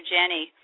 Jenny